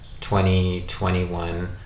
2021